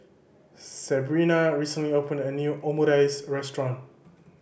Sebrina recently opened a new Omurice Restaurant